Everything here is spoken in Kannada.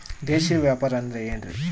ದೇಶೇಯ ವ್ಯಾಪಾರ ಅಂದ್ರೆ ಏನ್ರಿ?